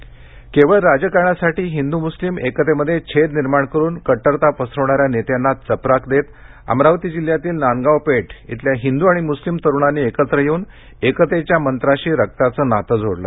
हिंद मरूलीम केवळ राजकारणासाठी हिंदू मुस्लिम एकतेमध्ये छेद निर्माण करून कट्टरता पसरवणाऱ्या नेत्यांना चपराक देत अमरावती जिल्ह्यातील नांदगांव पेठ इथल्या हिंदू आणि मुस्लिम तरुणांनी एकत्र येऊन एकतेच्या मंत्राशी रक्ताचं नातं जोडलं